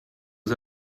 aux